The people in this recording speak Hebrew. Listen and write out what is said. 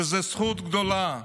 שזאת זכות גדולה,